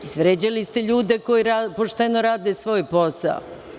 Izvređali ste ljude koji pošteno rade svoj posao.